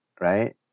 right